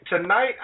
tonight